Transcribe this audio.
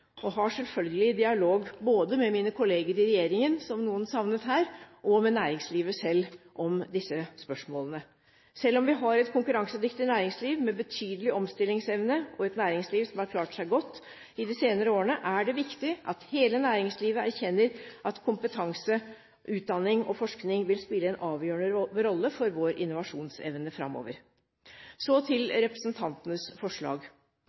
og har selvfølgelig dialog både med mine kolleger i regjeringen, som noen savnet her, og med næringslivet selv om disse spørsmålene. Selv om vi har et konkurransedyktig næringsliv med betydelig omstillingsevne, et næringsliv som har klart seg godt i de senere årene, er det viktig at hele næringslivet erkjenner at kompetanse, utdanning og forskning vil spille en avgjørende rolle for vår innovasjonsevne framover. Så til representantenes forslag: